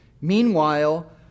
Meanwhile